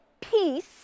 peace